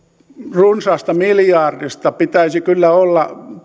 runsaasta miljardista pitäisi kyllä olla